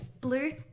blue